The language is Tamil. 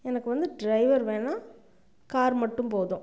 எனக்கு வந்து ட்ரைவர் வேணாம் கார் மட்டும் போதும்